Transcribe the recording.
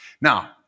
Now